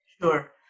Sure